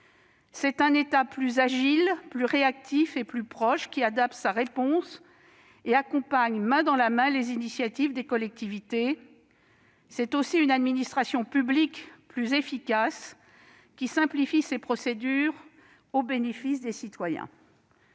C'est un État plus agile, plus réactif et plus proche, qui adapte sa réponse et accompagne main dans la main les initiatives des collectivités. C'est aussi une administration publique plus efficace, qui simplifie ses procédures au bénéfice des citoyens.